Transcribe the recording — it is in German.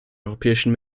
europäischen